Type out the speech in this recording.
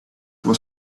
was